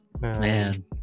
Man